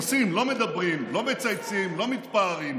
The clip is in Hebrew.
עושים, לא מדברים, לא מצייצים, לא מתפארים.